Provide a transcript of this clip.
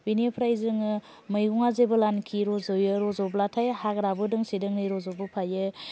बेनिफ्राय जोङो मैगंआ जेब्लानाखि रज'यो रज'ब्लाथाय हाग्राबो दोंसे दोंनै रज'बो फायो